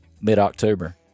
mid-october